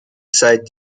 seit